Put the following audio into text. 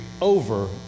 over